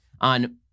on